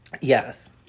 Yes